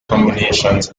combinations